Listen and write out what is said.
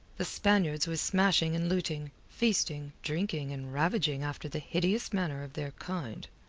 the spaniards were smashing and looting, feasting, drinking, and ravaging after the hideous manner of their kind.